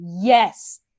yes